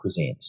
cuisines